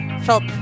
felt